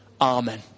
Amen